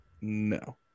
No